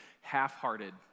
half-hearted